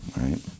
right